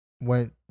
went